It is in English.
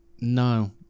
No